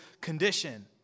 condition